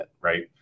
right